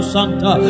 Santa